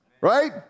Right